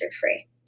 free